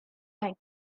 time